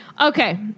Okay